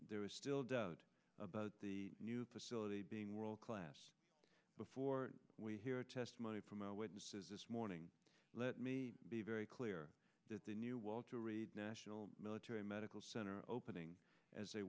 there is still doubt about the new facility being world class before we hear testimony from our witnesses this morning let me be very clear that the new walter reed national military medical center opening as a